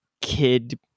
kid